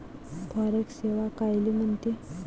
Forex सेवा कायले म्हनते?